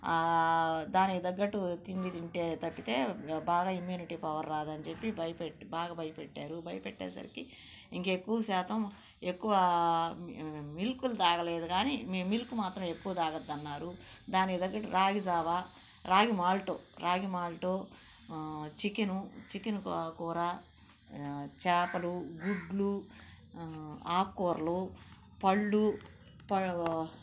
దానికి తగ్గట్టు తిండి తింటే తప్పితే బాగా ఇమ్యూనిటీ పవర్ రాదని చెప్పి భయపెట్టి బాగా భయపెట్టారు భయపెట్టేసరికి ఇంకా ఎక్కువ శాతం ఎక్కువ మిల్క్లు త్రాగలేదు కానీ మిల్క్ మాత్రం ఎక్కువ తాగొద్దు అన్నారు దానికి తగ్గట్టు రాగిజావ రాగి మాల్ట్ రాగి మాల్ట్ చికెను చికెను కూర చేపలు గుడ్లు ఆకుకూరలు పళ్ళు ప